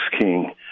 King